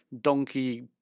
donkey